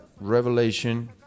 revelation